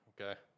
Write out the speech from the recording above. Okay